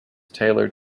tailored